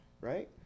Right